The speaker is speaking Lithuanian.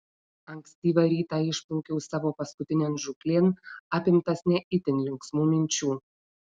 ankstyvą rytą išplaukiau savo paskutinėn žūklėn apimtas ne itin linksmų minčių